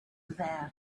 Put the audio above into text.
there